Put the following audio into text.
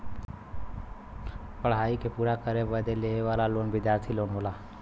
पढ़ाई क पूरा करे खातिर लेवे वाला लोन विद्यार्थी लोन होला